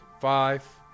Five